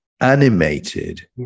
animated